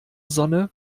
sonne